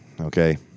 Okay